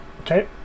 Okay